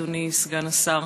אדוני סגן השר,